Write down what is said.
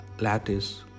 lattice